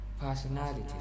personalities